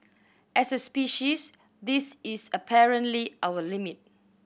as a species this is apparently our limit